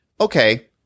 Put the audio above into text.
Okay